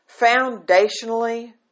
Foundationally